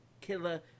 killer